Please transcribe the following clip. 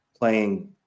playing